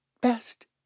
best